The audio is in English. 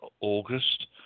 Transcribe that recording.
August